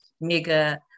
Mega